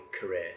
career